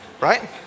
right